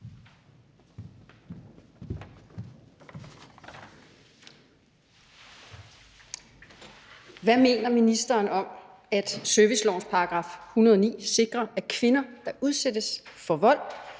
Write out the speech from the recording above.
Hvad mener ministeren om, at servicelovens § 109 sikrer, at kvinder, der udsættes for vold,